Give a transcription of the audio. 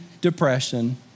depression